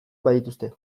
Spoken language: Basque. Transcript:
badituzte